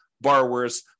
borrowers